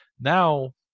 Now